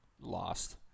lost